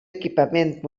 equipament